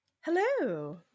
hello